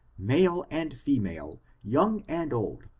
male and female, young and old,